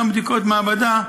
גם בדיקות מעבדה,